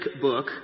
book